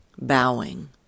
bowing